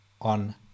on